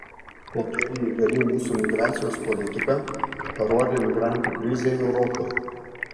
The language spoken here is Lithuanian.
kokia neįgali mūsų migracijos politika parodė migrantų krizė europoje